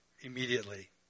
immediately